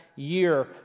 year